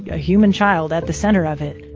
a human child at the center of it